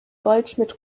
goldschmidt